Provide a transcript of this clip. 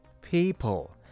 people